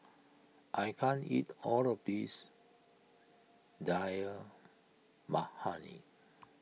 I can't eat all of this Dal Makhani